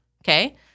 Okay